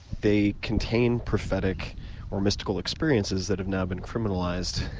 they contain prophetic or mystical experiences that have now been criminalized